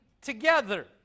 together